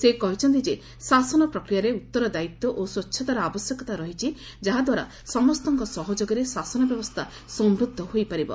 ସେ କହିଛନ୍ତି ଯେ ଶାସନ ପ୍ରକ୍ରିୟାରେ ଉତ୍ତରଦାୟିତ୍ୱ ଓ ସ୍ୱଚ୍ଛତାର ଆବଶ୍ୟକତା ରହିଛି ଯାହାଦ୍ୱାରା ସମସ୍ତଙ୍କ ସହଯୋଗରେ ଶାସନ ବ୍ୟବସ୍ଥା ସମୃଦ୍ଧ ହୋଇପାରିବ